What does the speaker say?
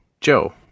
Joe